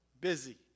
busy